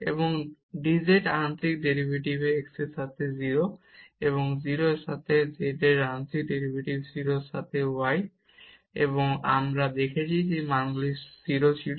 এবং এই dz আংশিক ডেরিভেটিভ x এর সাথে 0 এ 0 এর সাথে z এর আংশিক ডেরিভেটিভ 0 তে y এর সাথে এবং আমরা দেখেছি সেই মানগুলি 0 ছিল